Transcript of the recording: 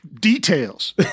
details